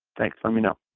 thanks. let me know.